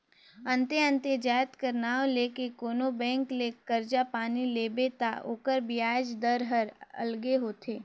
अन्ते अन्ते जाएत कर नांव ले के कोनो बेंक ले करजा पानी लेबे ता ओकर बियाज दर हर अलगे होथे